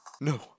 No